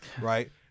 right